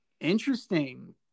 Interesting